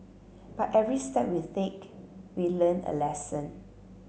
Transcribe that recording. but every step we take we learn a lesson